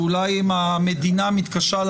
ואולי אם המדינה מתקשה,